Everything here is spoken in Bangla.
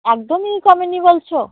একদমই কমেনি বলছো